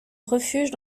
refuge